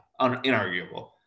inarguable